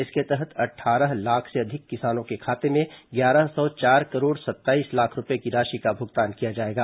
इसके तहत अट्ठारह लाख से अधिक किसानों के खाते में ग्यारह सौ चार करोड़ सत्ताईस लाख रूपये की राशि का भुगतान किया जाएगा